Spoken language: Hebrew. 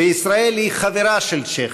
וישראל היא חברה של צ'כיה.